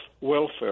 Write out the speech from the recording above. welfare